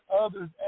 others